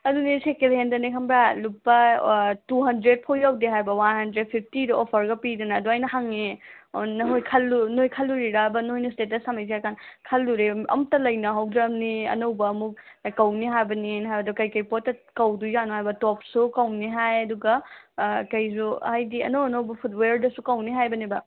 ꯑꯗꯨꯅꯦ ꯁꯦꯀꯦꯟ ꯍꯦꯟꯗꯅꯦ ꯈꯪꯕ꯭ꯔꯥ ꯂꯨꯄꯥ ꯇꯨ ꯍꯟꯗ꯭ꯔꯦꯠ ꯐꯥꯎ ꯌꯧꯗꯦ ꯍꯥꯏꯕ ꯋꯥꯟ ꯍꯟꯗ꯭ꯔꯦꯠ ꯐꯤꯞꯇꯤꯗ ꯑꯣꯐꯔꯒ ꯄꯤꯗꯅ ꯑꯗꯣ ꯑꯩꯅ ꯍꯪꯉꯦ ꯑꯣ ꯅꯈꯣꯏ ꯅꯣꯏ ꯈꯜꯂꯨꯔꯤꯔꯕ ꯅꯣꯏꯅ ꯏꯁꯇꯦꯇꯁ ꯊꯝꯃꯛꯏꯁꯦ ꯍꯥꯏ ꯀꯥꯟꯗ ꯈꯜꯂꯨꯔꯦ ꯑꯃꯇ ꯂꯩꯅꯍꯧꯗ꯭ꯔꯕꯅꯤ ꯑꯅꯧꯕ ꯑꯃꯨꯛ ꯀꯧꯅꯤ ꯍꯥꯏꯕꯅꯦꯅ ꯍꯥꯏꯕꯗ ꯀꯩ ꯀꯩ ꯄꯣꯠꯇ ꯀꯧꯗꯣꯏꯖꯥꯠꯅꯣ ꯍꯥꯏꯕ ꯇꯣꯞꯁꯨ ꯀꯧꯅꯤ ꯍꯥꯏ ꯑꯗꯨꯒ ꯑꯥ ꯀꯩꯁꯨ ꯍꯥꯏꯗꯤ ꯑꯅꯧ ꯑꯅꯧꯕ ꯐꯨꯠ ꯋꯦꯌꯥꯔꯗꯁꯨ ꯀꯧꯅꯤ ꯍꯥꯏꯕꯅꯦꯕ